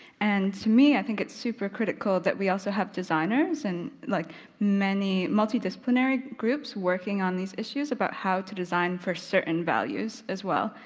and to me i think it's super critical that we also have designers and like many multi-disciplinary groups working on these issues about how to design for certain values as well.